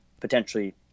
potentially –